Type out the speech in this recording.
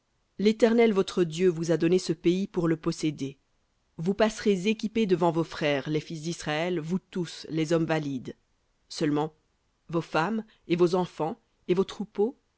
l'éternel votre dieu vous a donné ce pays pour le posséder vous passerez équipés devant vos frères les fils d'israël vous tous les hommes valides seulement vos femmes et vos enfants et vos troupeaux